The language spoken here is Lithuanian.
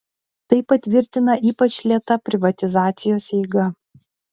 tai patvirtina ypač lėta privatizacijos eiga